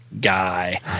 guy